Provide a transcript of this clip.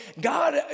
God